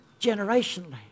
generationally